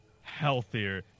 Healthier